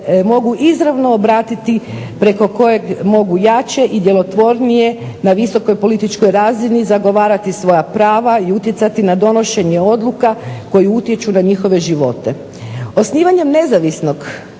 mogu izravno obratiti preko kojeg mogu jače i djelotvornije na visokoj političkoj razini zagovarati svoja prava i utjecati na donošenje odluka koje utječu na njihove živote. Osnivanjem nezavisnog